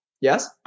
Yes